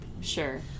Sure